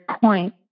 point